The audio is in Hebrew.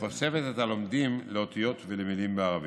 וחושפת את הלומדים לאותיות ולמילים בערבית.